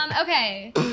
Okay